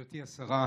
גברתי השרה,